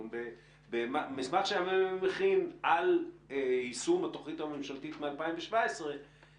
במסמך שהכין מרכז המחקר על יישום התוכנית הממשלתית מ-2017,